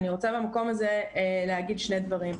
אני רוצה במקום הזה להגיד שני דברים.